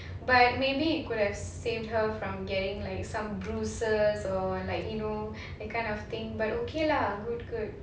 but maybe it could have saved her from getting like some bruises or like you know that kind of thing but okay lah good good